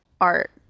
art